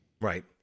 Right